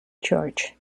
church